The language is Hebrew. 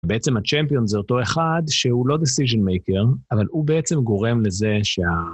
בעצם ה-Champion זה אותו אחד, שהוא לא Decision Maker, אבל הוא בעצם גורם לזה שה...